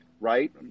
right